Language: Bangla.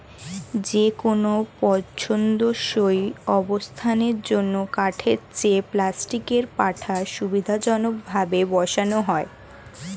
যেকোনো পছন্দসই অবস্থানের জন্য কাঠের চেয়ে প্লাস্টিকের পাটা সুবিধাজনকভাবে বসানো যায়